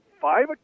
five